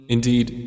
Indeed